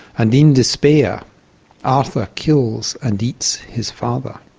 and in despair arthur kills and eats his father.